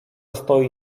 stoi